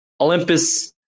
Olympus